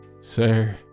Sir